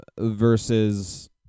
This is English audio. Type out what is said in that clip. versus